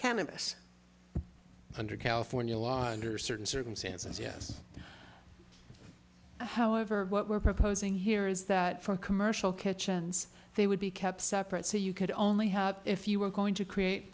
cannabis under california law under certain circumstances yes however what we're proposing here is that for commercial kitchens they would be kept separate so you could only have if you were going to create